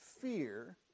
fear